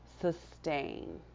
sustain